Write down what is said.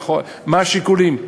מה השיקולים?